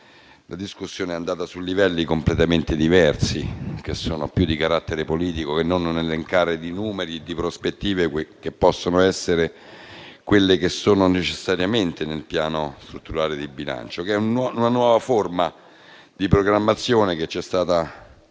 la discussione è andata su livelli completamente diversi, che sono più di carattere politico che non un elencare di numeri e prospettive, che sono necessariamente nel Piano strutturale di bilancio. Piano che è una nuova forma di programmazione, che è stata condivisa